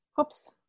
Oops